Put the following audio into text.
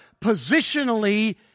positionally